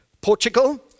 Portugal